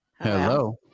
Hello